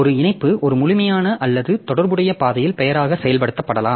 ஒரு இணைப்பு ஒரு முழுமையான அல்லது தொடர்புடைய பாதை பெயராக செயல்படுத்தப்படலாம்